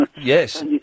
Yes